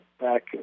back